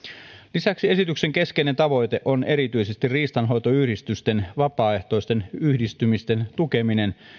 lisäksi esityksen keskeinen tavoite on erityisesti riistanhoitoyhdistysten vapaaehtoisten yhdistymisten tukeminen